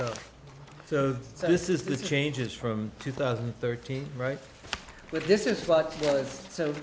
so so this is the changes from two thousand and thirteen right but this is what was so